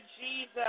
Jesus